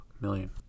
million